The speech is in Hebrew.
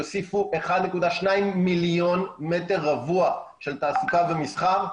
יוסיפו 1.2 מיליון מ"ר של תעסוקה ומסחר.